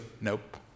nope